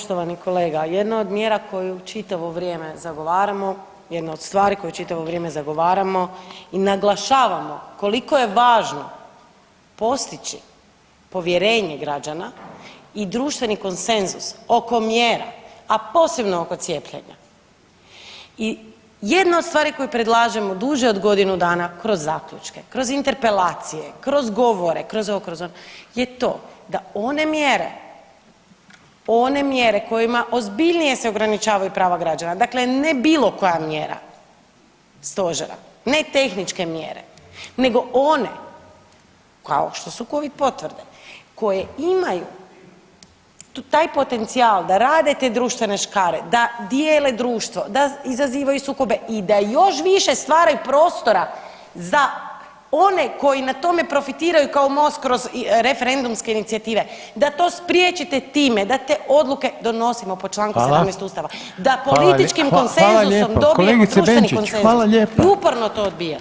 Poštovani kolega, jedna od mjera koju čitavo vrijeme zagovaramo i jedna od stvari koju čitavo vrijeme zagovaramo i naglašavamo koliko je važno postići povjerenje građana i društveni konsenzus oko mjera, a posebno oko cijepljenja i jedna od stvari koju predlažemo duže od godinu dana kroz zaključke, kroz interpelacije, kroz govore, kroz ovo, kroz ono je to da one mjere, one mjere kojima ozbiljnije se ograničavaju prava građana, dakle ne bilo koja mjera stožera, ne tehničke mjere, nego one kao što su Covid potvrde koje imaju taj potencijal da rade te društvene škare, da dijele društvo, da izazivaju sukobe i da još više stvaraju prostora za one koji na tome profitiraju kao MOST kroz referendumske inicijative, da to spriječite time da te odluke donosimo po Članku 17 [[Upadica: Hvala.]] Ustava, da političkim konsenzusom dobijemo društveni konsenzus [[Upadica: Hvala lijepa, kolegice Benčić hvala lijepa.]] i uporno to odbijate.